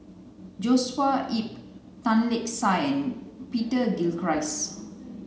Joshua Ip Tan Lark Sye and Peter Gilchrist